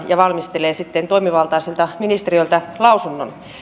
ja valmistelee sitten toimivaltaiselta ministeriöltä lausunnon